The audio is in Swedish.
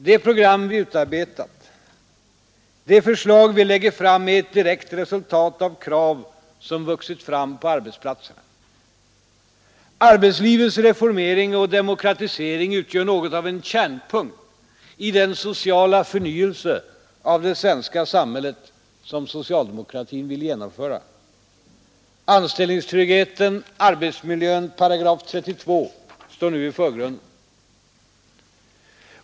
Det program vi utarbetat, de förslag vi lägger fram är ett direkt resultat av krav som vuxit fram på arbetsplatserna. Arbetslivets reformering och demokratisering utgör något av en kärnpunkt i den sociala förnyelse av det svenska samhället som socialdemokratin vill genomföra. Anställningstryggheten, arbetsmiljön, paragraf 32 står nu i förgrunden.